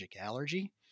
Allergy